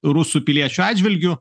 rusų piliečių atžvilgiu